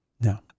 No